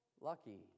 lucky